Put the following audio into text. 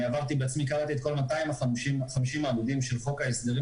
אני קראתי בעצמי את כל 250 העמודים של חוק ההסדרים